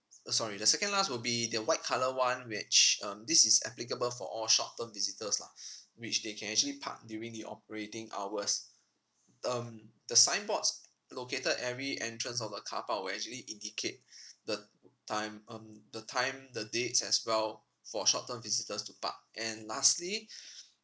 uh sorry the second last will be the white colour one which um this is applicable for all short term visitors lah which they can actually park during the operating hours um the signboards located every entrance of the car park will actually indicate the time um the time the dates as well for short term visitors to park and lastly